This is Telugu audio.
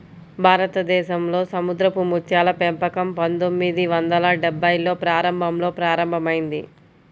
భారతదేశంలో సముద్రపు ముత్యాల పెంపకం పందొమ్మిది వందల డెభ్భైల్లో ప్రారంభంలో ప్రారంభమైంది